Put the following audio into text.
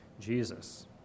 Jesus